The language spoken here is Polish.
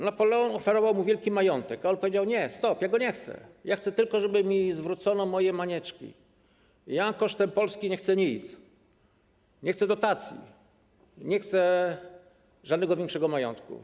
Napoleon oferował mu wielki majątek, ale on powiedział: nie, stop, ja go nie chcę, ja chcę tylko, żeby mi zwrócono moje Manieczki; kosztem Polski nie chcę nic, nie chcę dotacji, nie chcę żadnego większego majątku.